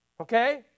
Okay